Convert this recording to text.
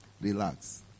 Relax